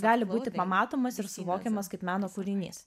gali būti pamatomas ir suvokiamas kaip meno kūrinys